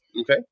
Okay